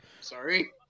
Sorry